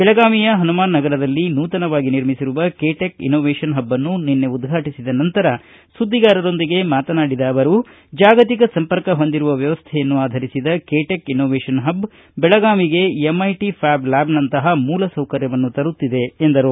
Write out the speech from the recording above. ಬೆಳಗಾವಿಯ ಪನುಮಾನ ನಗರದಲ್ಲಿ ನೂತನವಾಗಿ ನಿರ್ಮಿಸಿರುವ ಕೆ ಟೆಕ್ ಇನೋವೇಷನ್ ಹಬ್ನ್ನು ನಿನ್ನೆ ಉದ್ಘಾಟಿಸಿದ ನಂತರ ಸುದ್ದಿಗಾರರೊಂದಿಗೆ ಮಾತನಾಡಿದ ಅವರು ಜಾಗತಿಕ ಸಂಪರ್ಕ ಹೊಂದಿರುವ ವ್ಯವಸ್ಥೆಯನ್ನು ಆಧರಿಸಿದ ಕೆ ಟೆಕ್ ಇನ್ನೋವೇಷನ್ ಪಬ್ ಬೆಳಗಾವಿಗೆ ಎಂಐಟಿ ಫ್ಯಾಬ್ ಲ್ಯಾಬ್ನಂತಹ ಮೂಲ ಸೌಕರ್ಯವನ್ನು ತರುತ್ತಿದೆ ಎಂದರು